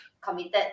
committed